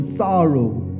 sorrow